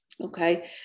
Okay